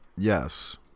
Yes